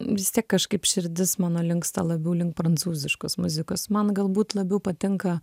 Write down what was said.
vis tiek kažkaip širdis mano linksta labiau link prancūziškos muzikos man galbūt labiau patinka